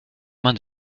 man